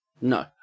No